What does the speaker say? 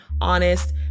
honest